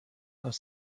aus